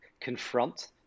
confront